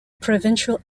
provincial